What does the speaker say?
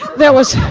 that was,